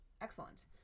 excellent